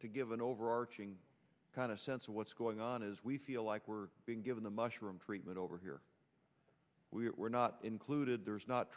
to give an overarching kind of sense of what's going on is we feel like we're being given the mushroom treatment over here we were not included there's not